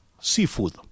Seafood